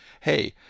Hey